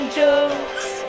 jokes